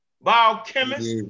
Biochemist